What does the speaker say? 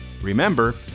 Remember